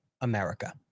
America